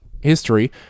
history